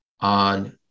on